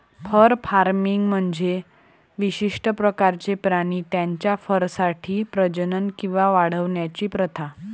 fur farming म्हणजे विशिष्ट प्रकारचे प्राणी त्यांच्या फरसाठी प्रजनन किंवा वाढवण्याची प्रथा